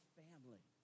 family